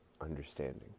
understanding